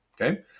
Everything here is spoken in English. Okay